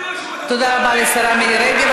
תלמדי משהו, תודה רבה לשרה מירי רגב.